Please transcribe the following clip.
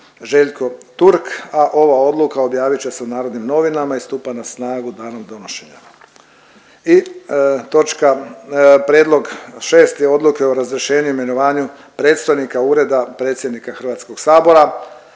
Željko Turk, a ova odluka objavit će se u Narodnim novinama i stupa na snagu danom donošenja. I točka, prijedlog, šesti odluke o razrješenju i imenovanju predstojnika Ureda predsjednika HS-a. U točki